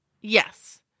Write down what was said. yes